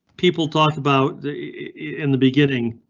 people talk about the in the beginning.